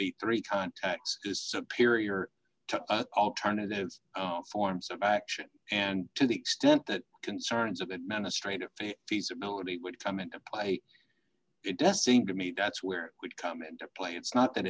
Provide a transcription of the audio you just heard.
be three contacts is superior to alternatives forms of action and to the extent that concerns of administrative feasibility would come into play it does seem to me that's where it would come into play it's not